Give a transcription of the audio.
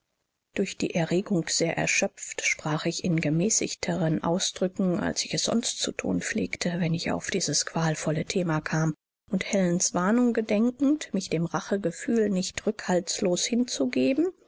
durch die erregung sehr erschöpft sprach ich in gemäßigteren ausdrücken als ich es sonst zu thun pflegte wenn ich auf dieses qualvolle thema kam und helens warnung gedenkend mich dem rachegefühl nicht rückhaltslos hinzugeben